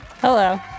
Hello